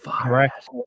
Correct